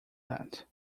that